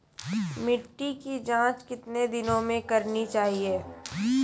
मिट्टी की जाँच कितने दिनों मे करना चाहिए?